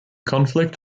conflict